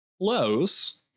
Close